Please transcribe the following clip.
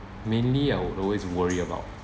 mainly I would always worry about